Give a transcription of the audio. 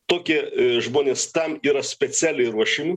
tokie žmonės tam yra specialiai ruošiami